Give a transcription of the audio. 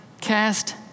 cast